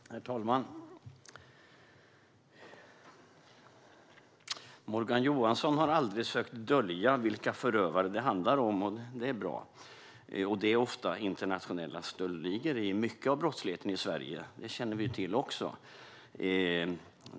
Herr talman! Morgan Johansson har aldrig sökt dölja vilka förövare det handlar om, och det är bra. Internationella stöldligor står för mycket av brottsligheten i Sverige. Det känner vi till.